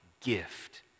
gift